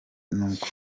nk’uko